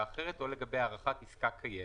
אחרת או לגבי הארכתה של העסקה הקיימת".